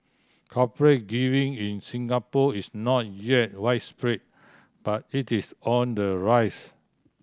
corporate giving in Singapore is not yet widespread but it is on the rise